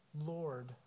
Lord